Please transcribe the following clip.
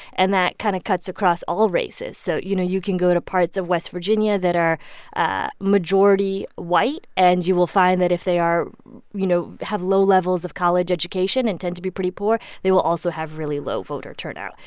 and that kind of cuts across all races. so, you know, you can go to parts of west virginia that are ah majority white, and you will find that if they are you know, have low levels of college education and tend to be pretty poor, they will also have really low voter turnout.